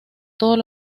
todos